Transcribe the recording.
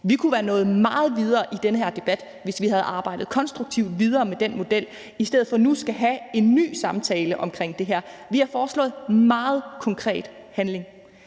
Vi kunne være nået meget videre i den her debat, hvis vi havde arbejdet konstruktivt videre med den model, i stedet for at vi nu skal have en ny samtale om det her. Vi har foreslået meget konkret handling.